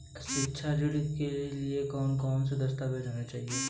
शिक्षा ऋण के लिए कौन कौन से दस्तावेज होने चाहिए?